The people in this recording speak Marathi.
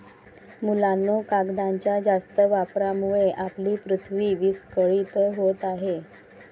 मुलांनो, कागदाच्या जास्त वापरामुळे आपली पृथ्वी विस्कळीत होत आहे